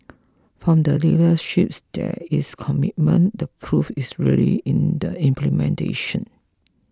from the leaderships there is a commitment the proof is really in the implementation